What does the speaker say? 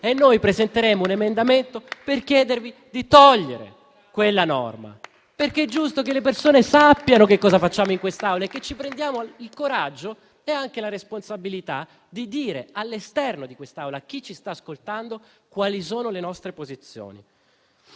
Noi presenteremo un emendamento per chiedervi di togliere quella norma, perché è giusto che le persone sappiano che cosa facciamo in queste Aule. E ci prendiamo il coraggio e anche la responsabilità di dire all'esterno di quest'Aula a chi ci sta ascoltando quali sono le nostre posizioni.